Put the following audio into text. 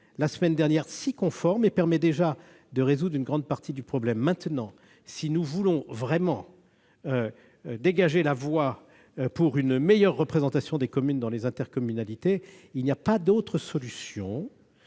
la semaine dernière s'y conforme, et elle permet déjà de résoudre une grande partie du problème. À présent, si nous voulons réellement dégager la voie pour une meilleure représentation des communes dans les intercommunalités, la seule solution